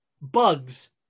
bugs